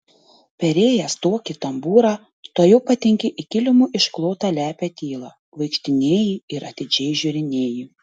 perėjęs tokį tambūrą tuojau patenki į kilimu išklotą lepią tylą vaikštinėji ir atidžiai žiūrinėji